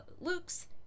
Luke's